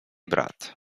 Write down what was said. brat